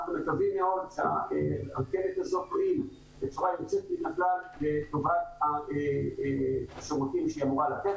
אנחנו מקווים מאוד שהרכבת הזאת --- לטובת השירותים שהיא אמורה לתת.